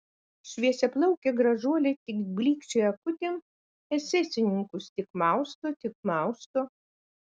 šviesiaplaukė gražuolė tik blykčioja akutėm esesininkus tik mausto tik mausto